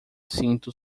sinto